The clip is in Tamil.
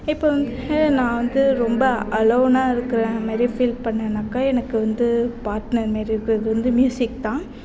இப்போ வந்து நான் வந்து ரொம்ப அலோனாக இருக்கிற மாரி ஃபீல் பண்ணேனாக்கால் எனக்கு வந்து பார்ட்னர் மாரி இருக்கிறது வந்து மியூசிக் தான்